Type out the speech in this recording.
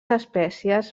espècies